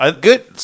Good